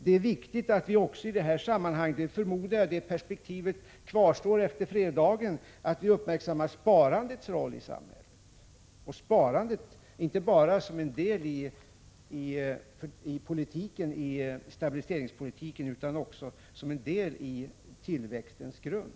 Det är viktigt att också i andra sammanhang — jag förmodar att det perspektivet kvarstår efter fredagen — uppmärksamma sparandets roll. Då avser jag sparandet inte bara som en del i stabiliseringspolitiken utan också som en del av tillväxtens grund.